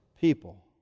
people